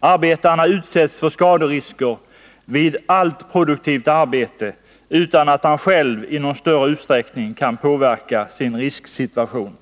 Arbetaren utsätts för skaderisker vid allt produktivt arbete utan att han själv i någon större utsträckning kan påverka sin risksituation.